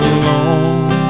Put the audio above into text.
alone